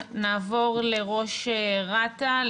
נעבור לראש רת"א,